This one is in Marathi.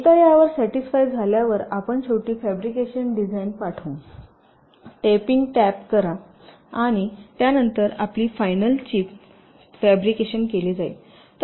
एकदा यावर सॅटिसफाय झाल्यावर आपण शेवटी फॅब्रिकेशन डिझाइन पाठवू टेपिंग टॅप करा आणि त्यानंतर आपली फायनल चिप फॅब्रिकेशन केली जाईल